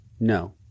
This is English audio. no